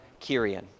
Kirian